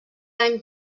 any